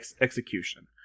execution